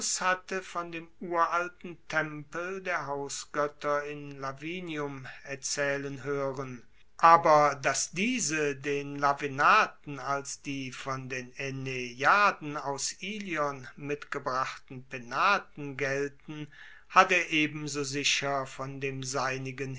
hatte von dem uralten tempel der hausgoetter in lavinium erzaehlen hoeren aber dass diese den lavinaten als die von den aeneiaden aus ilion mitgebrachten penaten gaelten hat er ebenso sicher von dem seinigen